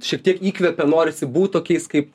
šiek tiek įkvepia norisi būt tokiais kaip